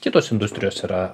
kitos industrijos yra